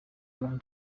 bwana